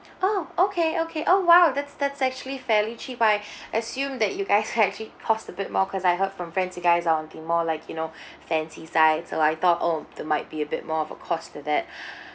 oh okay okay oh !wow! that's that's actually fairly cheap I assume that you guys uh actually cost a bit more because I heard from friends you guys are on the more like you know fancy side so I thought oh there might be a bit more of a cost to that